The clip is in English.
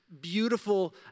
beautiful